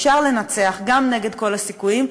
אפשר לנצח גם נגד כל הסיכויים,